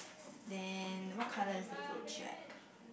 then what colour is the fruit shake